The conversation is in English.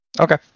Okay